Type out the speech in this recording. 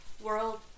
World